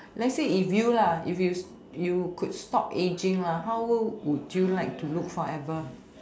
let's say if you lah if you you could stop aging lah how old would you like to look forever